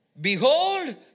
behold